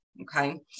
Okay